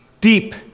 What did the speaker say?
deep